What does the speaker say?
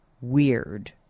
weird